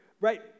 right